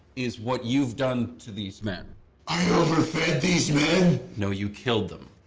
is what you've done to these men i overfed these men? no, you killed them